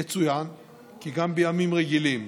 יצוין כי גם בימים רגילים,